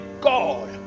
God